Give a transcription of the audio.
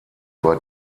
war